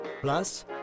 Plus